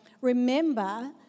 remember